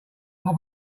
pop